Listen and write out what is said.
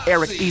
Eric